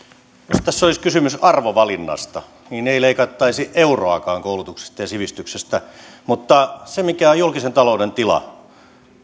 jos tässä olisi kysymys arvovalinnasta niin ei leikattaisi euroakaan koulutuksesta ja sivistyksestä mutta mikä oli julkisen talouden tila